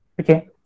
Okay